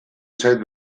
zait